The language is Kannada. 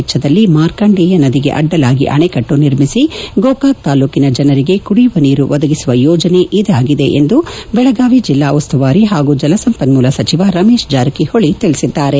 ವೆಚ್ಚದಲ್ಲಿ ಮಾರ್ಕಾಂಡೇಯ ನದಿಗೆ ಅಡ್ಡಲಾಗಿ ಅಣೆಕಟ್ಲು ನಿರ್ಮಿಸಿ ಗೋಕಾಕ್ ತಾಲೂಕಿನ ಜನರಿಗೆ ಕುಡಿಯುವ ನೀರು ಒದಗಿಸುವ ಯೋಜನೆ ಇದಾಗಿದೆ ಎಂದು ದೆಳಗಾವಿ ಜಿಲ್ಲಾ ಉಸ್ತುವಾರಿ ಹಾಗೂ ಜಲಸಂಪನ್ನೂಲ ಸಚಿವ ರಮೇಶ್ ಜಾರಕಿಹೊಳಿ ತಿಳಿಸಿದ್ದಾರೆ